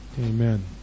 Amen